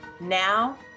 Now